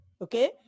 Okay